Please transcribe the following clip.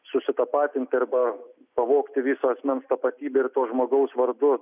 susitapatinti arba pavogti visą asmens tapatybę ir to žmogaus vardu